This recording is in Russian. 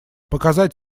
показать